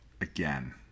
again